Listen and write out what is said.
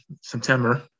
September